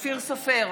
אופיר סופר,